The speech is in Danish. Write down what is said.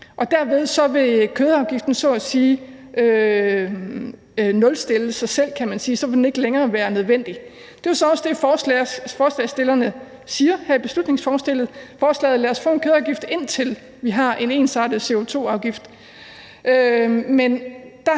derved vil kødafgiften nulstille sig selv, kan man sige; så vil den ikke længere være nødvendig. Det er jo så også det, forslagsstillerne siger her i beslutningsforslaget: Lad os få en kødafgift, indtil vi har en ensartet CO2-afgift.